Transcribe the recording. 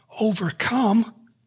overcome